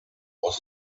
was